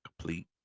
complete